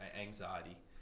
anxiety